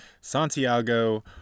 Santiago